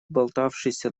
болтавшийся